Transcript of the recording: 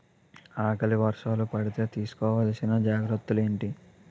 ఆకలి వర్షాలు పడితే తీస్కో వలసిన జాగ్రత్తలు ఏంటి?